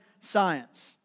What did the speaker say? science